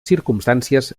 circumstàncies